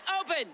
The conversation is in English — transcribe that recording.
open